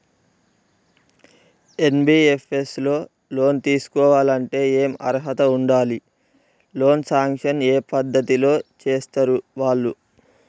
NBFS లో loan తీస్కోవాలంటే ఏం అర్హత ఉండాలి? లోన్ సాంక్షన్ ఏ పద్ధతి లో చేస్తరు వాళ్లు?